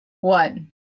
one